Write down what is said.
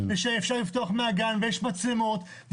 יש מצלמות.